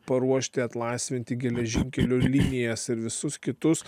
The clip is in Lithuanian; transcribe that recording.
paruošti atlaisvinti geležinkelių linijas ir visus kitus